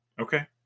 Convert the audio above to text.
Okay